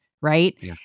right